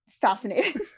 fascinating